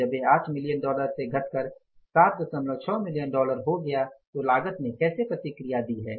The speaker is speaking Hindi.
जब यह 8 मिलियन डॉलर से घटकर 76 मिलियन डॉलर हो गया है तो लागत ने कैसे प्रतिक्रिया दी है